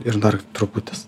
ir dar truputis